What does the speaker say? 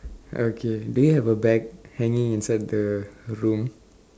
okay do you have a bag hanging inside the room